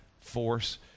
force